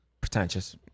Pretentious